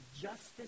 justice